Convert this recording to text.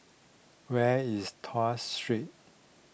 where is Tuas Street